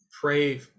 pray